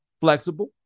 flexible